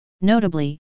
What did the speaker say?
Notably